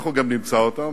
אנחנו גם נמצא אותם,